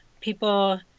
people